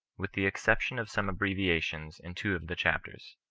with the exception of some abbrevia tions in two of the chapters.